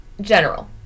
general